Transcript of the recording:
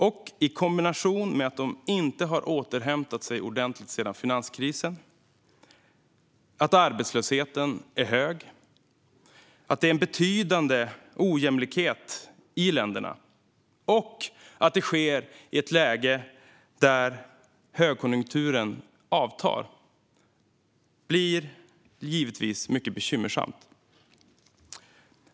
Detta i kombination med att de inte har återhämtat sig ordentligt sedan finanskrisen, att arbetslösheten är hög, att det finns en betydande ojämlikhet i länderna och att detta sker i ett läge där högkonjunkturen avtar gör att läget givetvis blir mycket bekymmersamt.